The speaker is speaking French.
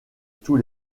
tous